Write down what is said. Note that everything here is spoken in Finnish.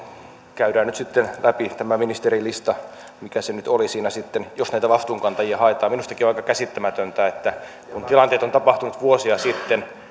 käydään nyt sitten läpi tämä ministerilista mikä se nyt oli siinä jos näitä vastuunkantajia haetaan minustakin on aika käsittämätöntä että kun tilanteet ovat tapahtuneet vuosia sitten